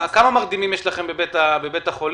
כמה מרדימים יש לכם בבית החולים,